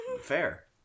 Fair